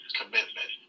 commitment